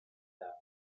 dames